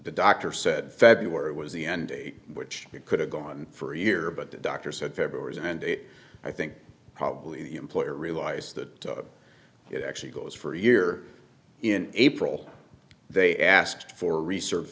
the doctor said february was the end date which could have gone for a year but the doctor said february and it i think probably the employer realise that it actually goes for a year in april they asked for research